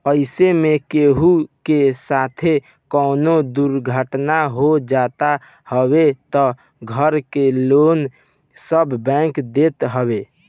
अइसे में केहू के साथे कवनो दुर्घटना हो जात हवे तअ घर के लोन सब बैंक देत हवे